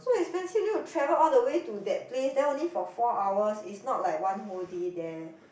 so expensive need to travel all the way to that place then only for four hours is not like one whole day there